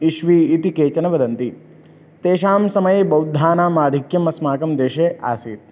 ईस्वी इति केचन वदन्ति तेषां समये बौद्धानां आधिक्यम् अस्माकं देशे आसीत्